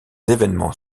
événements